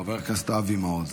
חבר הכנסת אבי מעוז.